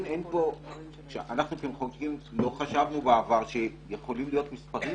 אנחנו כמחוקקים לא חשבנו בעבר שיכולים להיות מספרים